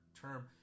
term